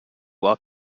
while